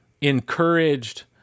encouraged